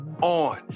on